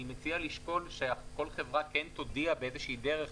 אני מציע לשקול שכל חברה כן תודיע באיזושהי דרך,